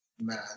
man